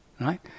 right